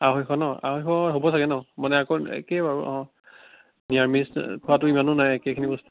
আঢ়ৈশ ন আঢ়ৈশ হ'ব চাগে ন মানে আকৌ একেই বাৰু অ' নিৰামিষ খোৱাতো ইমানো নাই একেখিনি বস্তু